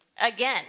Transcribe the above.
again